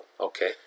Okay